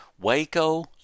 Waco